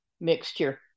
mixture